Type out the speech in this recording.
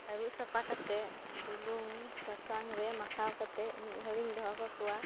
ᱟᱹᱨᱩᱵ ᱥᱟᱯᱷᱟ ᱠᱟᱛᱮ ᱵᱩᱞᱩᱝ ᱥᱟᱥᱟᱝ ᱨᱮ ᱢᱟᱠᱷᱟᱣ ᱠᱟᱛᱮᱫ ᱢᱤᱫ ᱜᱷᱟᱹᱲᱤᱧ ᱫᱚᱦᱚ ᱠᱟᱠᱚᱭᱟ